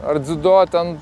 ar dzido ten